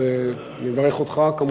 אז אני מברך אותך, כמובן.